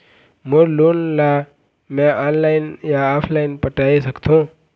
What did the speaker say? मोर loan ला मैं online या ऑफलाइन पटाए सकथों?